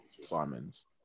Simon's